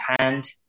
hand